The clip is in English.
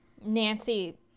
Nancy